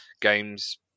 games